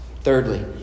Thirdly